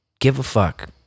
give-a-fuck